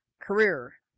career